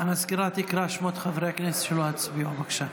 המזכירה תקרא בשמות חברי הכנסת שלא הצביעו, בבקשה.